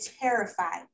terrified